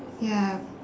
ya